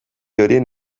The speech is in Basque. horien